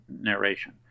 narration